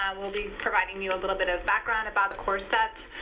we'll be providing you a little bit of background about the core sets,